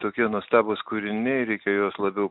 tokie nuostabūs kūriniai reikia juos labiau